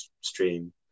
stream